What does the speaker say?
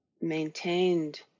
maintained